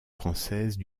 françaises